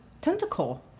tentacle